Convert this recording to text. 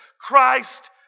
Christ